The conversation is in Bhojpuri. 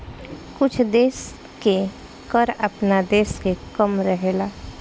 कुछ देश के कर आपना देश से कम रहेला